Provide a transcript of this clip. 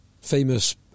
famous